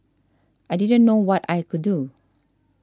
I didn't know what I could do